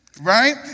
right